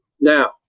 Now